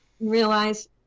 realize